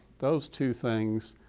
those two things,